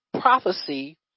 prophecy